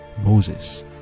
moses